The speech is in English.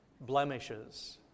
blemishes